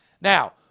Now